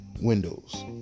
Windows